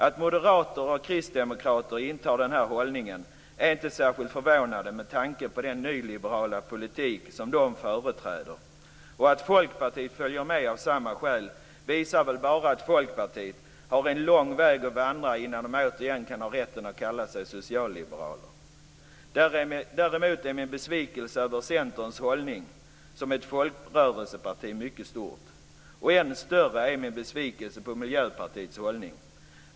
Att moderater och kristdemokrater intar denna hållning är inte särskilt förvånande med tanke på den nyliberala politik som de företräder. Att Folkpartiet följer med av samma skäl visar väl bara att Folkpartiet har en lång väg att vandra innan de återigen har rätten att kalla sig socialliberaler. Däremot är min besvikelse över Centerns hållning som ett folkrörelseparti mycket stor. Än större är min besvikelse över Miljöpartiets hållning.